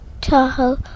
Tahoe